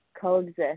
coexist